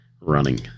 running